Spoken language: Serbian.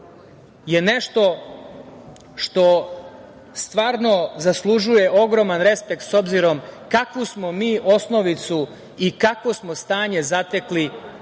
je nešto što stvarno zaslužuje ogroman respekt s obzirom kakvu smo mi osnovicu i kakvo smo stanje zatekli